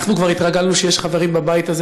אנחנו כבר התרגלנו שיש חברים בבית הזה,